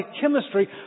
chemistry